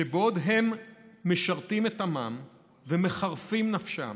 שבעוד הם משרתים את עמם ומחרפים נפשם,